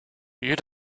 you